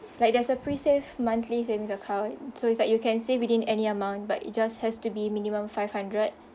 like that's a pre-save monthly savings account so it's like you can save within any amount but it just has to be minimum five hundred